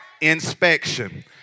inspection